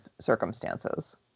circumstances